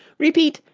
repeat,